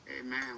Amen